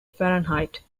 fahrenheit